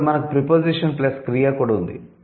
అప్పుడు మనకు preposition plus క్రియ ఉంది